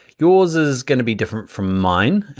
yours is gonna be different from mine,